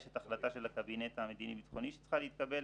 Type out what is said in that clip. יש את ההחלטה של הקבינט המדיני-ביטחוני שצריכה להתקבל,